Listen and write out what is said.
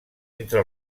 entre